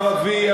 הערבי,